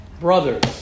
brothers